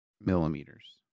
millimeters